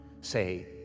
say